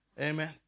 Amen